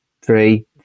three